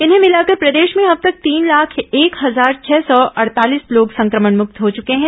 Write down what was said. इन्हें मिलाकर प्रदेश में अब तक तीन लाख एक हजार छह सौ अड़तालीस लोग संक्रमणमुक्त हो चुके हैं